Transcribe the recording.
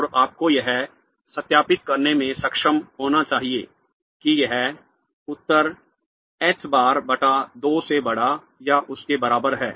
और आपको यह सत्यापित करने में सक्षम होना चाहिए कि यह उत्तर h बार बटा 2 से बड़ा या उसके बराबर है